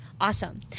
awesome